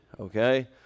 Okay